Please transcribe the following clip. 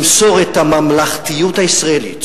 למסור את הממלכתיות הישראלית